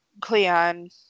Cleon